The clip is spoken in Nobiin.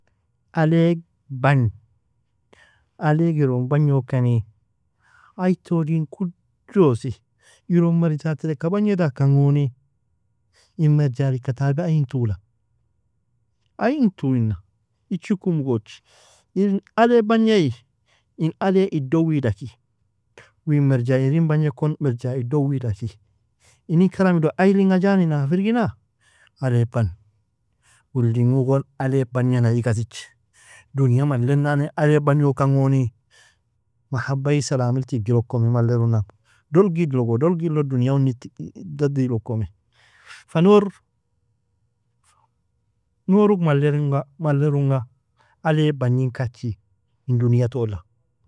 Alleg bagn, alleg iron bagnokani, aitoddin kuddosi, iron merja tereka bagndakan goni, in merja lika tabi aintula, aintu inna ichuku mugoje, in alle bagni, in alle iddo wida ki, u in merja irin bagnekon, merja iddo wida ki, inin karamido ailinga janinaga firgina alleg bagn. Wildingo gon alleg bagnaya igatich, dunia malenani aleg bagnokangoni, mahabai salaamil tigjirokome maleruna, dolgid logo, dolgid lo duniaunig gadilokomie. fa nour, nour mallerunga mallerunga alleg bagnikachi in duniatola.